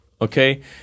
okay